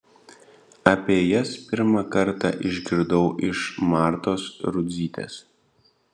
apie jas pirmą kartą išgirdau iš martos rudzytės